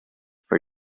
for